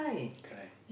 correct